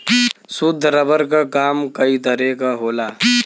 शुद्ध रबर क काम कई तरे क होला